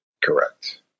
Correct